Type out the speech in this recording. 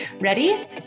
Ready